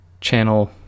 channel